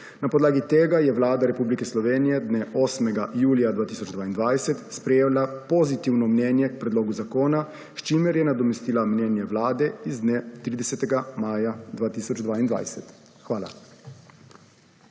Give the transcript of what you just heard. Na podlagi tega je Vlada Republike Slovenije dne 8. julija 2022 sprejela pozitivno mnenje k predlogu zakona, s čimer je nadomestila mnenje vlade iz dne 30. maja 2022. Hvala.